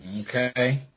Okay